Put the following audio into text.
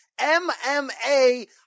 MMA